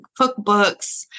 cookbooks